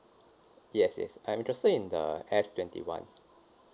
yes yes I'm interested in the S twenty one